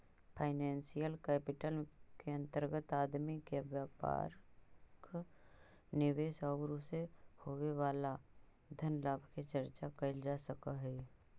financial capital के अंतर्गत आदमी के व्यापारिक निवेश औउर उसे होवे वाला धन लाभ के चर्चा कैल जा सकऽ हई